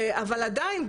אבל עדיין,